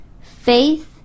Faith